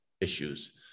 issues